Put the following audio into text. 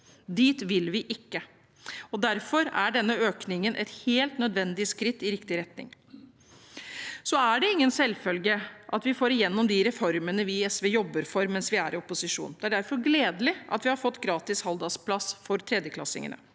Dit vil vi ikke, og derfor er denne økningen et helt nødvendig skritt i riktig retning. Så er det ingen selvfølge at vi i SV får igjennom de reformene vi jobber for mens vi er i opposisjon. Det er derfor gledelig at vi har fått gratis halvdagsplass for tredjeklassingene.